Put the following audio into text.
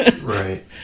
Right